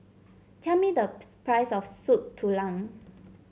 tell me the price of Soup Tulang